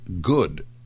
good